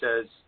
says